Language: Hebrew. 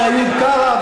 ואיוב קרא,